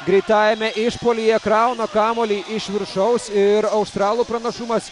greitajame išpuolyje krauna kamuolį iš viršaus ir australų pranašumas